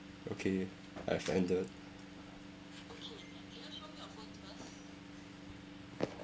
okay I've ended